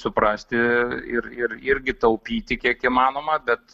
suprasti ir ir irgi taupyti kiek įmanoma bet